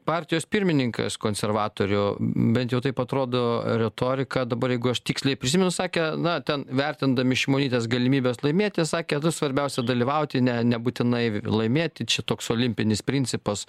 partijos pirmininkas konservatorių bent jau taip atrodo retorika dabar jeigu aš tiksliai prisimenu sakė na ten vertindami šimonytės galimybes laimėti sakė tai svarbiausia dalyvauti ne nebūtinai laimėti čia šitoks olimpinis principas